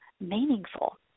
meaningful